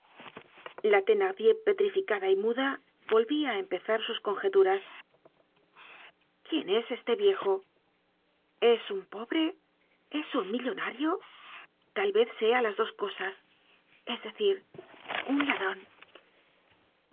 la thenardier petrificada y muda volvía á empezar sus conjeturas quién es este viejo es un pobre es un millonario tal vez sea las dos cosas es decir un ladron